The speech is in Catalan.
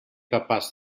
capaç